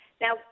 Now